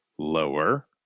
Lower